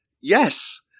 Yes